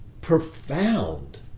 profound